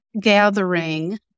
gathering